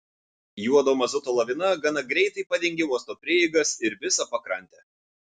juodo mazuto lavina gana greitai padengė uosto prieigas ir visą pakrantę